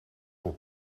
voor